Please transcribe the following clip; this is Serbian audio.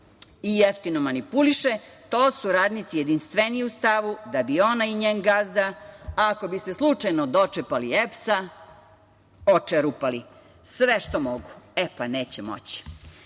i jeftino manipuliše, to su radnici jedinstveniji u stavu da bi ona i njen gazda, ako bi se slučajno dočepali EPS-a, očerupali sve što mogu. E, pa neće